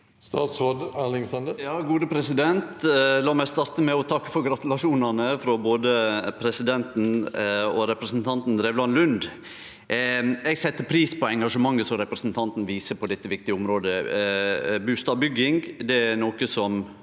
Statsråd Erling Sande La meg starte med å takke for gratulasjonane frå både presidenten og representanten Drevland Lund. Eg set pris på engasjementet som representanten viser på dette viktige området. Bustadbygging er noko som